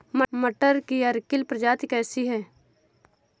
मटर की अर्किल प्रजाति कैसी है?